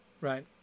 right